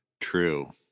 True